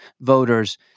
voters